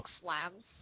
slams